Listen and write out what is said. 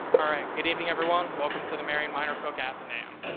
good evening everyone. welcome to the marian miner cook athenaeum.